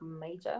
major